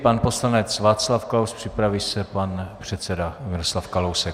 Pan poslanec Václav Klaus, připraví se pan předseda Miroslav Kalousek.